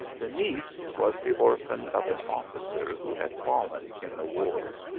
the niece was the orphan of an officer who had fallen in the wars.